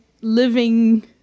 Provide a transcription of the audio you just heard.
living